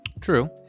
true